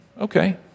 okay